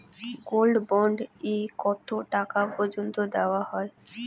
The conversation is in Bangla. গোল্ড বন্ড এ কতো টাকা পর্যন্ত দেওয়া হয়?